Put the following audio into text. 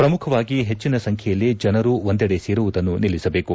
ಪ್ರಮುಖವಾಗಿ ಹೆಚ್ಚಿನ ಸಂಖ್ಯೆಯಲ್ಲಿ ಜನರು ಒಂದೆಡೆ ಸೇರುವುದನ್ನು ನಿಲ್ಲಿಸಬೇಕು